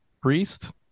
priest